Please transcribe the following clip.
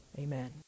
amen